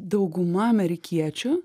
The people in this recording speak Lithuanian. dauguma amerikiečių